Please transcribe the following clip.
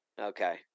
Okay